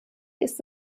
ist